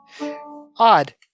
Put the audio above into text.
Odd